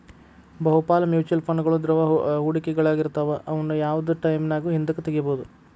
ಬಹುಪಾಲ ಮ್ಯೂಚುಯಲ್ ಫಂಡ್ಗಳು ದ್ರವ ಹೂಡಿಕೆಗಳಾಗಿರ್ತವ ಅವುನ್ನ ಯಾವ್ದ್ ಟೈಮಿನ್ಯಾಗು ಹಿಂದಕ ತೊಗೋಬೋದು